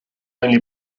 only